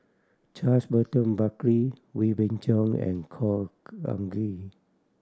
Charles Burton Buckley Wee Beng Chong and Khor Ean Ghee